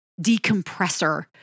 decompressor